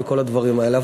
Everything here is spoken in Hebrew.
וכל הדברים האלה.